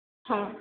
हां